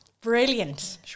brilliant